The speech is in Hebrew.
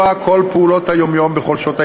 כל פעולות היום-יום בכל שעות היממה,